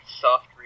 soft